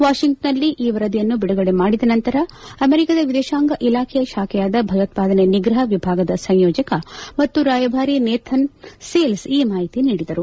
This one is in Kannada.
ವಾಷಿಂಗ್ಟನ್ನಲ್ಲಿ ಈ ವರದಿಯನ್ನು ಬಿಡುಗಡೆ ಮಾಡಿದ ನಂತರ ಅಮೆರಿಕದ ವಿದೇಶಾಂಗ ಇಲಾಖೆಯ ಶಾಖೆಯಾದ ಭಯೋತ್ಪಾದನೆ ನಿಗ್ರಹ ವಿಭಾಗದ ಸಂಯೋಜಕ ಮತ್ತು ರಾಯಭಾರಿ ನೇಥನ್ ಸೇಲ್ಸ್ ಈ ಮಾಹಿತಿ ನೀಡಿದರು